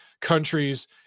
countries